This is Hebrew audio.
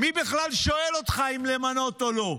מי בכלל שואל אותך אם למנות או לא?